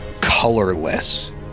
colorless